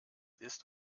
ist